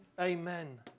Amen